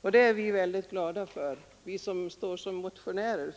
och det är vi som har motionerat i denna fråga mycket glada för.